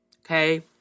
Okay